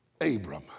Abram